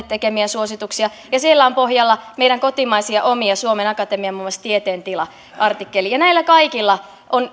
tekemiä suosituksia ja siellä on pohjalla meidän kotimaisia omia muun muassa suomen akatemian tieteen tila artikkeli näillä kaikilla on